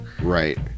Right